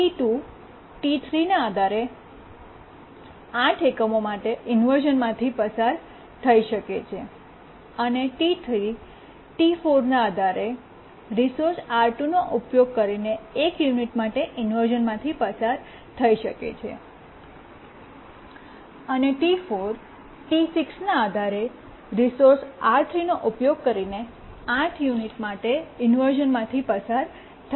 T2 T3 ના આધારે 8 એકમોમાટે ઇન્વર્શ઼નમાંથી પસાર થઈ શકે છે અને T3 T4 ના આધારે રિસોર્સ R2 નો ઉપયોગ કરીને 1 યુનિટ માટે ઇન્વર્શ઼નમાંથી પસાર થઈ શકે છે અને T4 T6 ના આધારે રિસોર્સ R3 નો ઉપયોગ કરીને 8 યુનિટ માટે ઇન્વર્શ઼નમાંથી પસાર થઈ શકે છે